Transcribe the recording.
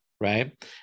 right